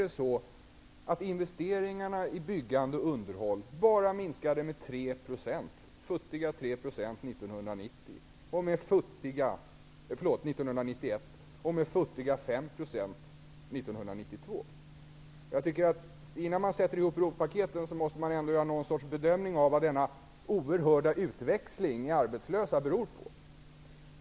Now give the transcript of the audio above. Ändå minskade investeringarna i byggande och underhåll med futtiga 3 % under 1991 och med futtiga 5 % under 1992. Innan man sätter ihop ROT-paket måste man ändå göra en sorts bedömning av vad denna oerhörda utväxling i fråga om arbetslösa beror på.